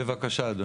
בבקשה.